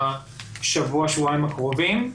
בשבוע-שבועיים הקרובים.